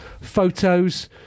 photos